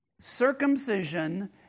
Circumcision